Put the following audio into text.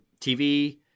TV